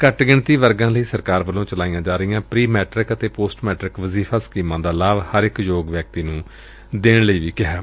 ਘੱਟ ਗਿਣਤੀ ਵਰਗਾ ਲਈ ਸਰਕਾਰ ਵਲੋ ਚਲਾਈਆਂ ਜਾਂ ਰਹੀਆਂ ਪ੍ਰੀ ਮੈਟ੍ਰਿਕ ਅਤੇ ਪੋਸਟ ਮੈਟ੍ਰਿਕ ਵਜ਼ੀਫ਼ਾ ਸਕੀਮਾਂ ਦਾ ਲਾਭ ਹਰ ਇੱਕ ਯੋਗ ਵਿਦਿਆਰਥੀ ਨੁੰ ਦੇਣ ਲਈ ਆਖਿਆ